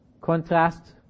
contrast